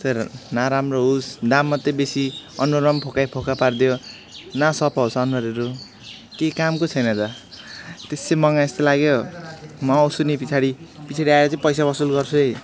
तर न राम्रो होस् दाम मात्रै बेसी अनुहारमा पनि फोकैफोका पारिदियो न सफा होस् अनुहारहरू केही कामको छैन त त्यसै मगायो जस्तो लाग्यो म आउँछु नि पछाडि पछाडि आएर चाहिँ पैसा असुल गर्छु है